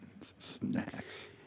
Snacks